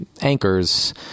anchors